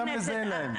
גם לזה אין להם תשובות.